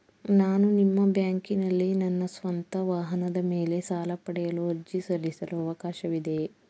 ನಾನು ನಿಮ್ಮ ಬ್ಯಾಂಕಿನಲ್ಲಿ ನನ್ನ ಸ್ವಂತ ವಾಹನದ ಮೇಲೆ ಸಾಲ ಪಡೆಯಲು ಅರ್ಜಿ ಸಲ್ಲಿಸಲು ಅವಕಾಶವಿದೆಯೇ?